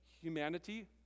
Humanity